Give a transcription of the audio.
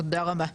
תודה רבה.